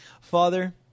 Father